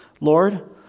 Lord